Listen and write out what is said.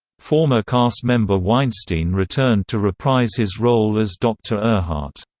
former cast member weinstein returned to reprise his role as dr. erhardt.